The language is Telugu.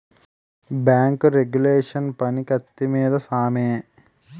బేంకు రెగ్యులేషన్ పని కత్తి మీద సామే